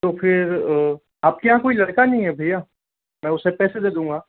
तो फिर आपके यहाँ कोई लड़का नहीं है भैया मैं उसे पैसे दे दूँगा